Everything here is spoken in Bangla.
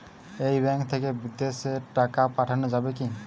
এই ব্যাঙ্ক থেকে বিদেশে টাকা পাঠানো যাবে কিনা?